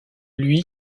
lui